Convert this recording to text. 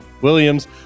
Williams